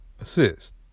assist